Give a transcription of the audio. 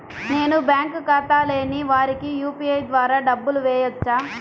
నేను బ్యాంక్ ఖాతా లేని వారికి యూ.పీ.ఐ ద్వారా డబ్బులు వేయచ్చా?